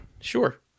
Sure